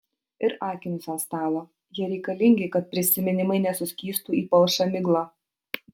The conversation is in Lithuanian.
ir akinius ant stalo jie reikalingi kad prisiminimai nesuskystų į palšą miglą